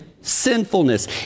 sinfulness